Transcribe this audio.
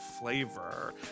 flavor